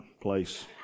place